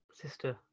sister